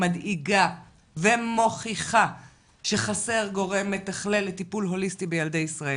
מדאיגה ומוכיחה שחסר גורם מתכלל לטיפול הוליסטי בילדי ישראל.